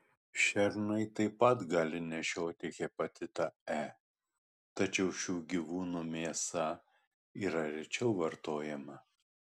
šernai taip pat gali nešioti hepatitą e tačiau šių gyvūnų mėsa yra rečiau vartojama